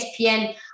ESPN